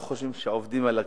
או חושבים שעובדים על הכביש,